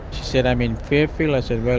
said, i'm in fairfield. i said, well,